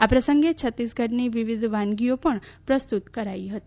આ પ્રસંગે છત્તીસગઢની વિવિધ વાનગીઓ પણ પ્રસ્તુત કરાઈ હતી